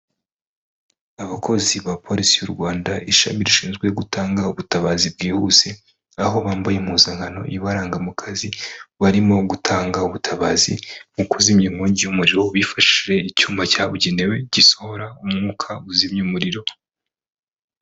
Abakozi ba polisi y'u Rwanda ishami rishinzwe gutanga ubutabazi bwihuse, aho bambaye impuzankano ibaranga mu kazi, barimo gutanga ubutabazi mu kuzimya inkongi y'umuriro, bifashishije icyuma cyabugenewe gisohora umwuka uzimya umuriro.